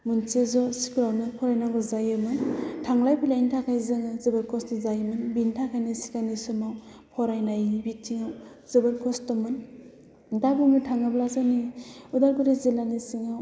मोनसे ज' स्खुलावनो फरायनांगौ जायोमोन थांलाय फैलायनि थाखाय जों जेरै खस्थ' जायोमोन बिनि थाखायनो सिगांनि समाव फरायनायनि बिथिंआव जोबोद खस्थ'मोन दा बुंनो थाङोब्ला जोंनि उदालगुरी जिल्लानि सिङाव